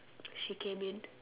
she came in